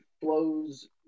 flows